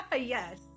Yes